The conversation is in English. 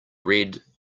red